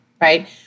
Right